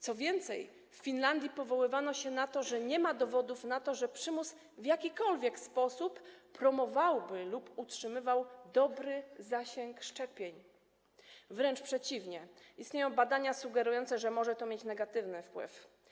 Co więcej, w Finlandii powoływano się na to, że nie ma dowodów na to, że przymus w jakikolwiek sposób promowałby lub utrzymywał dobry zasięg szczepień, wręcz przeciwnie - istnieją badania sugerujące, że może to mieć negatywny wpływ.